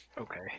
Okay